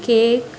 cake